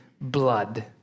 blood